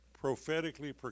prophetically